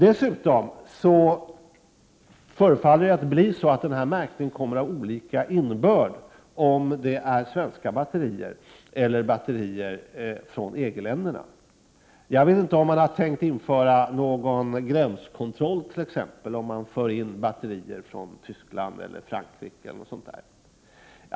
Dessutom förefaller det som om denna märkning kommer att få olika innebörd beroende på om batterierna är svenska eller kommer från EG-länderna. Jag vet inte om man har tänkt införa någon gränskontroll vid införsel av batterier från t.ex. Tyskland eller Frankrike.